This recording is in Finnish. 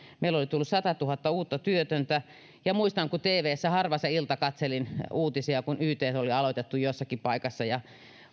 meillä oli tullut satatuhatta uutta työtöntä ja muistan kun tvstä harva se ilta katselin uutisia ja ytt oli aloitettu jossakin paikassa ja